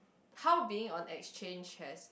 how being on that exchange has